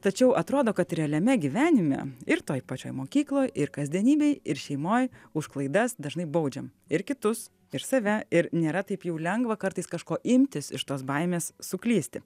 tačiau atrodo kad realiame gyvenime ir toj pačioj mokykloj ir kasdienybėj ir šeimoj už klaidas dažnai baudžiam ir kitus ir save ir nėra taip jau lengva kartais kažko imtis iš tos baimės suklysti